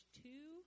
two